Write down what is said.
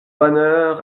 bonheur